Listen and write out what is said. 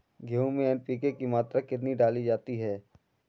गेहूँ में एन.पी.के की मात्रा कितनी डाली जाती है?